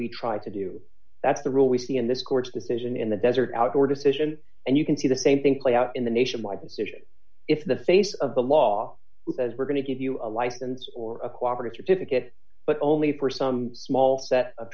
we try to do that's the rule we see in this court's decision in the desert outdoor decision and you can see the same thing play out in the nationwide decision if the face of the law we're going to give you a license or a cooperate certificate but only for some small set of